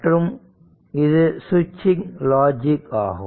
மற்றும் இது சுவிட்சிங் லாஜிக் ஆகும்